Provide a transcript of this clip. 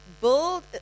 build